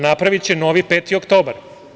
Napraviće novi 5. oktobar.